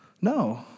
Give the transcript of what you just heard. No